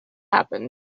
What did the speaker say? happened